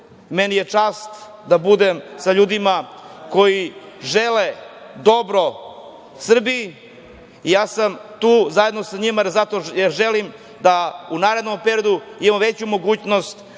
Meni je čast da budem sa ljudima koji žele dobro Srbiji. Ja sam tu zajedno sa njima zato što želim da u narednom periodu imamo veću mogućnost